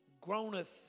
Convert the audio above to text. groaneth